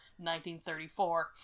1934